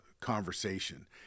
conversation